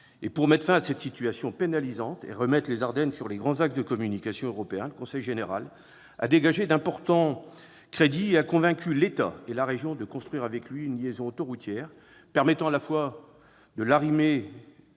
! Pour mettre fin à cette situation pénalisante et remettre les Ardennes sur les grands axes de communication européens, le conseil général a dégagé d'importants crédits et a convaincu l'État et la région de l'aider à construire une liaison autoroutière qui permette d'arrimer